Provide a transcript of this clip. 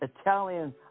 Italian